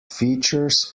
features